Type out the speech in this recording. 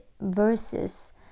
versus